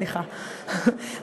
סליחה,